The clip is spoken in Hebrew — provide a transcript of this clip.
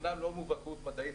אומנם לא מובהקות מדעית,